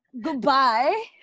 Goodbye